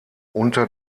unter